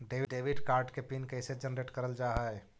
Debit card के PIN कैसे generate करल जाहै?